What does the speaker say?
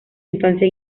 infancia